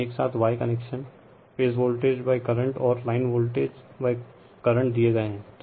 इसमे एक साथ Y कनेक्शन फेज वोल्टेजकरंट और लाइन वोल्टेजकरंट दिए गए हैं